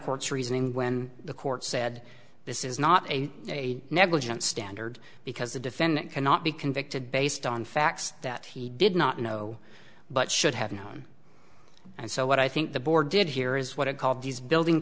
court's reasoning when the court said this is not a negligent standard because a defendant cannot be convicted based on facts that he did not know but should have known and so what i think the board did here is what it called these building